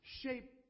shape